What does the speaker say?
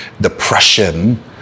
depression